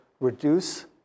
reduce